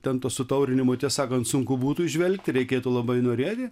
ten to sutaurinimo tiesą sakant sunku būtų įžvelgti reikėtų labai norėti